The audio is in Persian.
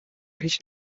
هیچ